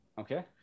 Okay